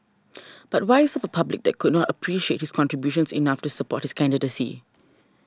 but why serve a public that could not appreciate his contributions enough to support his candidacy